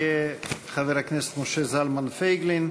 יהיה חבר הכנסת משה זלמן פייגלין.